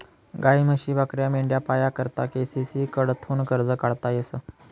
गायी, म्हशी, बकऱ्या, मेंढ्या पाया करता के.सी.सी कडथून कर्ज काढता येस